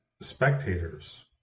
spectators